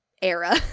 era